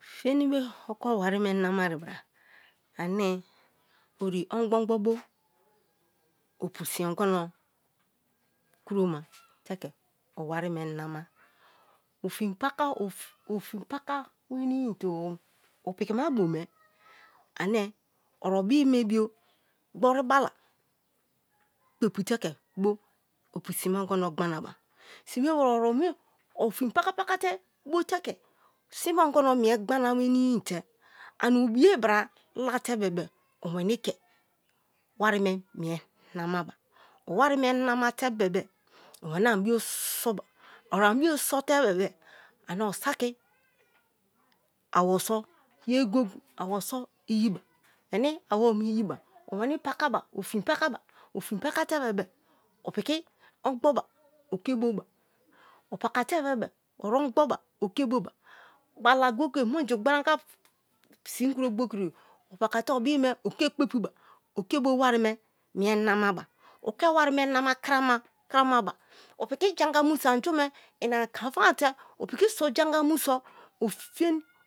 Feni be o ke owari me nama i bra ani ori ongo-go bo opu sin ongono kuroma te ke owari me nama o fin paka wenii te opikina bome ane o obii me bio gboru bala kpepu te ke bo opu simme ongono gbanaba sime weni ofin paka-paka te bo te ke sin me ongono mie gbana wenii te ani biee bra late bebe oweni k wari me mie nama ba o wari me namate bebe oweni anibio soba o anibio sote bebe-e ane o saki owo so ryiba, meni awonu ma iyiba meni pakaba ofin pakaba ofin pakate bebe-e opiki ongbo ba o ke boha o pakate bebe o ongboba o ke boba bala goye-goye muju gbori-anga sin kro gbokiri o pakate obii me oke kpepuba ke bo wari me mie namaba o ke wari me nama krama-kramaba o piki jein anga mu so ani jume i ani kanfante piki so jein anga mu so